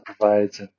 provides